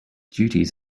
duties